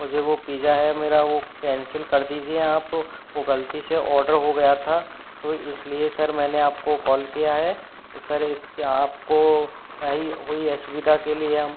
मुझे वो पिजा है मेरा वो कैंसिल कर दीजिए आप वो गलती से आर्डर हो गया था तो इसलिए सर मैंने आपको कॉल किया है सर इसके आपको हाई हुई असुविधा के लिए हम